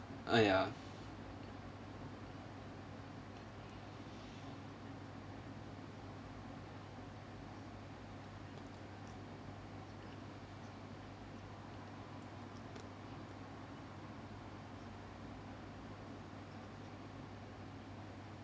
uh ya